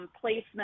placement